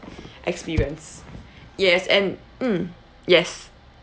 experience yes and mm yes